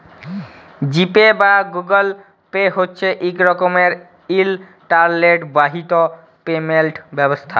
জি pay বা Google pay হছে ইক রকমের ইলটারলেট বাহিত পেমেল্ট ব্যবস্থা